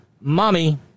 mommy